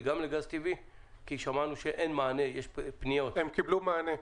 גם לגז טבעי כי שמענו שאין מענה -- הם קיבלו מענה.